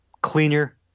cleaner